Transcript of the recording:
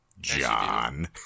John